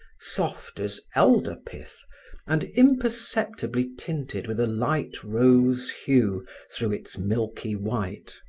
soft as elder pith and imperceptibly tinted with a light rose hue through its milky white.